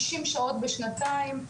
60 שעות בשנתיים,